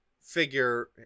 figure